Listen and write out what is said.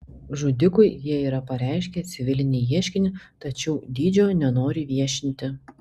žudikui jie yra pareiškę civilinį ieškinį tačiau dydžio nenori viešinti